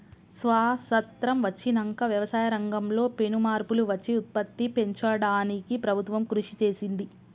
స్వాసత్రం వచ్చినంక వ్యవసాయ రంగం లో పెను మార్పులు వచ్చి ఉత్పత్తి పెంచడానికి ప్రభుత్వం కృషి చేసింది